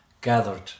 gathered